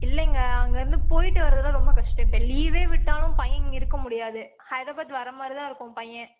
இல்லைங்க அங்கேருந்து போய்ட்டு வர்றதுலாம் ரொம்ப கஷ்டம் இப்போ லீவே விட்டாலும் பையன் இங்கே இருக்க முடியாது ஹைத்ராபாத் வர மாதிரிதான் இருக்கும் பையன்